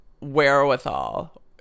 wherewithal